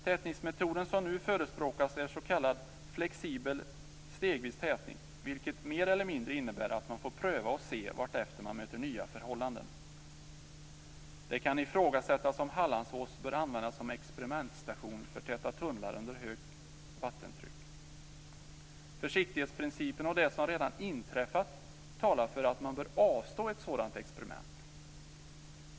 Tätningsmetoden som nu förespråkas är s.k. flexibel stegvis tätning, vilket mer eller mindre innebär att man får pröva och se vartefter man möter nya förhållanden. Det kan ifrågasättas om Hallandsås bör användas som experimentstation för täta tunnlar under högt vattentryck. Försiktighetsprincipen och det som redan inträffat talar för att man bör avstå ett sådant experiment.